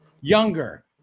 Younger